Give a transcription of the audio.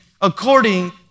according